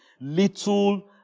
Little